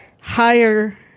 higher